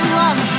love